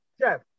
Chef